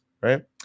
right